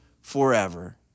forever